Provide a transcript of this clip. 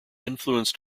influenced